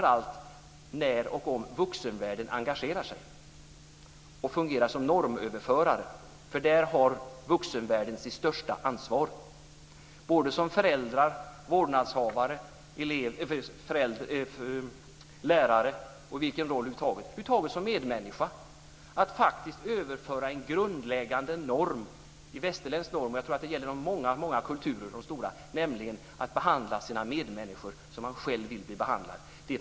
Det gäller framför allt om och när vuxenvärlden engagerar sig och fungerar som normöverförare. Där har vuxenvärlden sitt största ansvar - som föräldrar, vårdnadshavare, lärare och över huvud taget som medmänniskor. Vi har ett ansvar för att överföra en grundläggande, västerländsk norm, som jag tror gäller i många stora kulturer. Det handlar om att behandla sina medmänniskor som man själv vill bli behandlad.